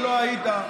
כשלא היית,